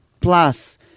plus